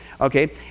Okay